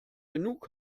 genug